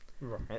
Right